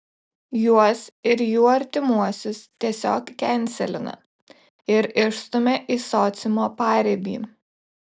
juos ir jų artimuosius tiesiog kenselina ir išstumia į sociumo paribį